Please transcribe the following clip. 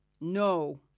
No